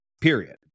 period